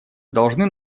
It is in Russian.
должны